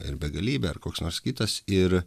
ir begalybė ar koks nors kitas ir